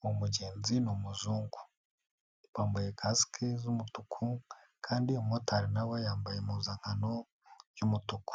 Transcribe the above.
Uwo mugenzi ni umuzungu yambaye kasike z'umutuku, kandi umumotari nawe yambaye impuzankano y'umutuku.